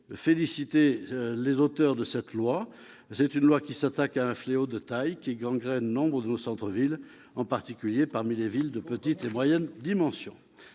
félicitons-nous de cette proposition de loi qui s'attaque à un fléau de taille, qui gangrène nombre de nos centres-villes, en particulier parmi les villes de petite et moyenne dimension.